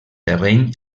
terreny